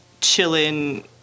chilling